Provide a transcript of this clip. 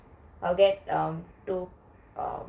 I'll get um two